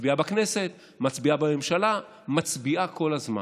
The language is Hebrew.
מצביעה בכנסת, מצביעה בממשלה, מצביעה כל הזמן.